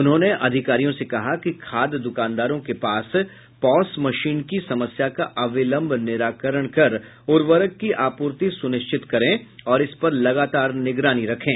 उन्होंने अधिकारियों से कहा कि खाद दुकानदारों के पास पॉस मशीन की समस्या का अविलंब निराकरण कर उवर्रक की आपूर्ति सुनिश्चित करें और इस पर लगातार निगरानी रखें